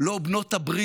לא בנות הברית